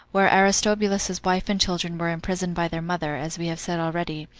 where aristobulus's wife and children were imprisoned by their mother, as we have said already,